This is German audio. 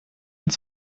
uns